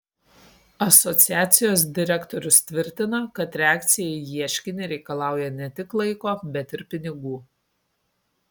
asociacijos direktorius tvirtina kad reakcija į ieškinį reikalauja ne tik laiko bet ir pinigų